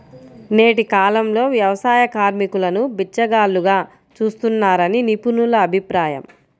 నేటి కాలంలో వ్యవసాయ కార్మికులను బిచ్చగాళ్లుగా చూస్తున్నారని నిపుణుల అభిప్రాయం